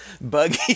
buggy